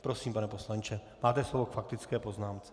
Prosím, pane poslanče, máte slovo k faktické poznámce.